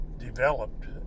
developed